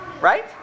Right